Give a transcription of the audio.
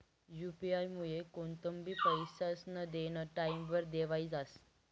UP आयमुये कोणतंबी पैसास्नं देनं टाईमवर देवाई जास